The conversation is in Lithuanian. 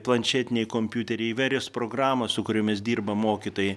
planšetiniai kompiuteriai įvairios programos su kuriomis dirba mokytojai